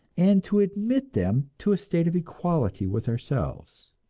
and to admit them to a state of equality with ourselves.